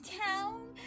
town